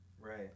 Right